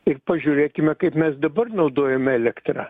ir pažiūrėkime kaip mes dabar naudojam elektrą